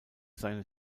seine